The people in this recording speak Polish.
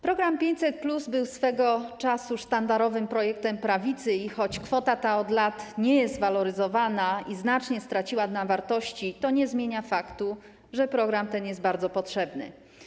Program 500+ był swego czasu sztandarowym projektem prawicy i choć kwota ta od lat nie jest waloryzowana i znacznie straciła na wartości, to nie zmienia to faktu, że program ten jest bardzo potrzebny.